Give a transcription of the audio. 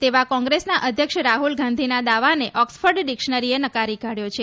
તેવા કોંગ્રેસના અધ્યક્ષ રાહુલ ગાંધીના દાવાને ઓક્સફર્ડ ડિક્શનરીએ નકારી કાઢચો છે